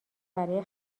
برای